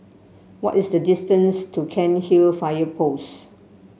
what is the distance to Cairnhill Fire Post